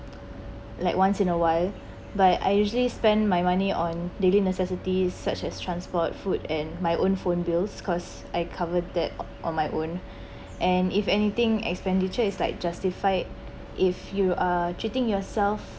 like once in awhile but I usually spend my money on daily necessities such as transport food and my own phone bills cause I covered that on my own and if anything expenditure is like justified if you are cheating yourself